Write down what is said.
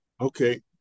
Okay